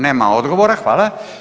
Nema odgovora, hvala.